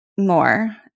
more